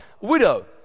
widow